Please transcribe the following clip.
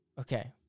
Okay